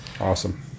Awesome